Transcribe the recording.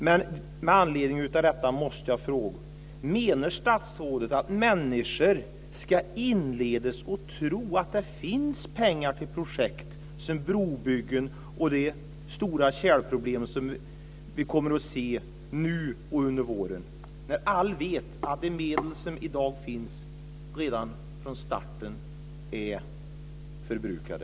Men med anledning av detta måste jag fråga: Menar statsrådet att människor ska inledas att tro att det finns pengar till projekt som brobyggen och de stora tjälproblem som vi kommer att ha under våren när alla vet att de medel som i dag finns redan från starten är förbrukade?